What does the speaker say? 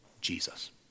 Jesus